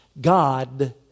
God